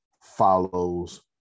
follows